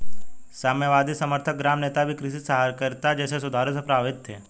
साम्यवादी समर्थक ग्राम नेता भी कृषि सहकारिता जैसे सुधारों से प्रभावित थे